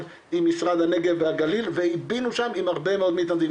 עם משרד הנגב והגליל ועם הרבה מאוד מתנדבים,